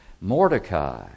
Mordecai